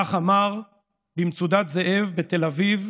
כך אמר במצודת זאב בתל אביב